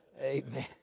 Amen